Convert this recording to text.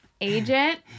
agent